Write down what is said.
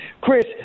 Chris